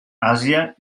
àsia